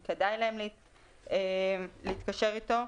אם כדאי להם להתקשר אתו,